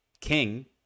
king